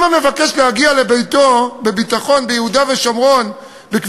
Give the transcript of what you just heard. אם המבקש להגיע לביתו בביטחון בכבישי